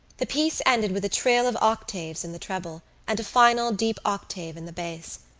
the piece ended with a trill of octaves in the treble and a final deep octave in the bass.